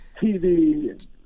TV